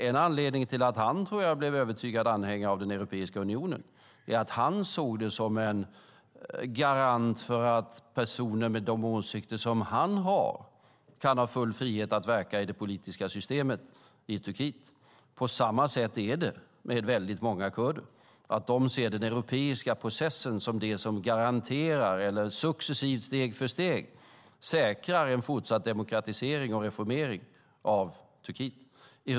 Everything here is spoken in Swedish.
En anledning till att han, tror jag, blev övertygad anhängare av Europeiska unionen är att han såg det som en garant för att personer med de åsikter som han hade skulle kunna ha full frihet att verka i det politiska systemet i Turkiet. På samma sätt är det med väldigt många kurder. De ser den europeiska processen som det som garanterar eller successivt, steg för steg, säkrar en fortsatt demokratisering och reformering av Turkiet.